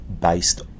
based